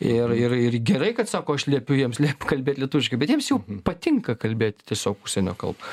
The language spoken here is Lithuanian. ir ir ir gerai kad sako aš liepiu jiems liep kalbėt lietuviškai bet jiems jau patinka kalbėti tiesiog užsienio kalba